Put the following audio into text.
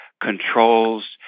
controls